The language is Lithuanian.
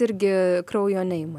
irgi kraujo neima